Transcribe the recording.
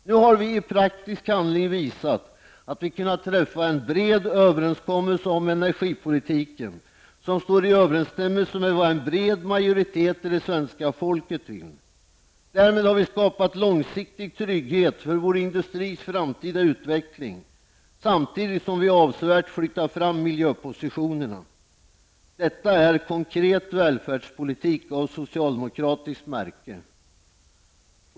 Nu har vi i praktisk handling visat att vi kunnat träffa en bred överenskommelse om energipolitiken som står i överensstämmelse med vad en bred majoritet av det svenska folket vill. Därmed har vi skapat långsiktig trygghet för vår industris framtida utveckling samtidigt som vi avsevärt flyttat fram miljöpositionerna. Detta är konkret välfärdspolitik av socialdemokratiskt märke!